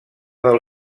del